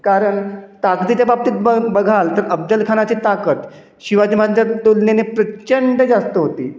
कारण ताकदीच्या बाबतीत ब बघाल तर अफजलखानाची ताकद शिवाजी महाराजांच्या तुलनेने प्रचंड जास्त होती